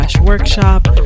workshop